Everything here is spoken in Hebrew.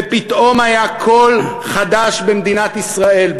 ופתאום היה קול חדש במדינת ישראל.